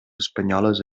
espanyoles